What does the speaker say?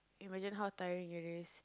imagine how tiring it is